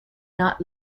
not